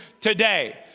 today